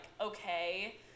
okay